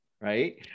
right